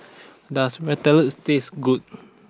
does Ratatouilles taste good